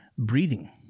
breathing